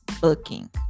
booking